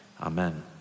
Amen